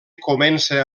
comença